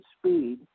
speed